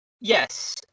Yes